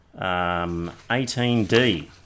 18D